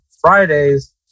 Fridays